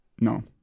No